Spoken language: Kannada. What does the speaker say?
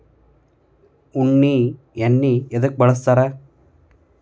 ಉಣ್ಣಿ ಎಣ್ಣಿ ಎದ್ಕ ಬಳಸ್ತಾರ್?